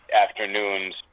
afternoons